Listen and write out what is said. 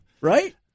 Right